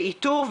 ואיתור,